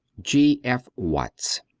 g. f. watts